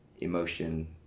emotion